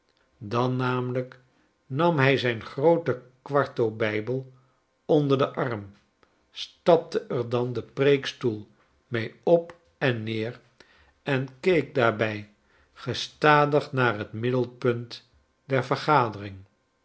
dan namelijk nam hij zyn grooten quarto bijbel onder den arm stapte er den preekstoel mee op en neer en keek daarbij gestadig naar'tmiddelpuntder vergadering